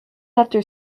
after